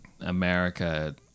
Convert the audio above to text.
america